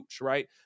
Right